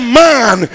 man